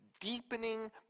deepening